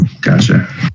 Gotcha